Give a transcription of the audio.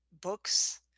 books